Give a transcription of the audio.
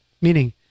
meaning